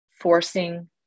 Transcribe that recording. forcing